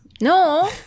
No